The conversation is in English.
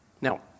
Now